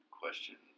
question